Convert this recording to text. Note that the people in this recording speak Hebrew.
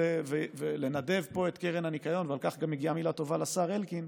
על כך גם מגיעה מילה טובה לשר אלקין.